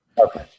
Okay